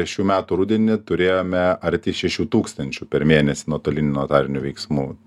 šių metų rudenį turėjome arti šešių tūkstančių per mėnesį nuotolinių notarinių veiksmų